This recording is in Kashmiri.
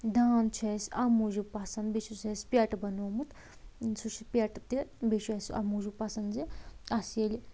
داند چھُ اسہِ امہِ موُجوٗب پسند بیٚیہِ چھُ سُہ اسہِ پٮ۪ٹ بنومُت سُہ چھُ پٮ۪ٹ تہِ بیٚیہِ چھ سُہ اسہِ امہِ موٗجوٗب پسند زِ اسہِ ییٚلہِ